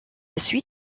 suite